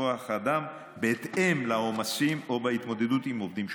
כוח האדם בהתאם לעומסים או להתמודדות עם עובדים שחוקים.